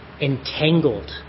entangled